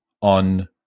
on